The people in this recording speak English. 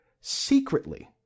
secretly